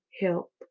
help